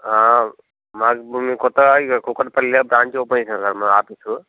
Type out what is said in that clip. మాది ఇప్పుడు మేము కొత్తగా ఇక కూకట్పల్లిలో బ్రాంచ్ ఓపెన్ చేసినాం సార్ మా ఆఫీసు